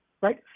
right